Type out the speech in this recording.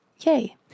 Yay